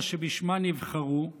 שבשמה נבחרו